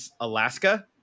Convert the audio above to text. Alaska